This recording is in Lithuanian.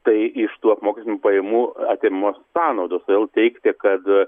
tai iš tų apmokestinamų pajamų atimamos sąnaudos todėl teigti kad